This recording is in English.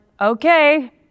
okay